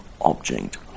object